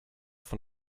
von